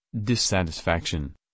dissatisfaction